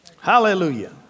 Hallelujah